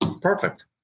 perfect